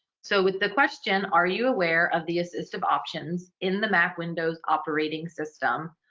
so with the question, are you aware of the assistive options in the mac windows operating system,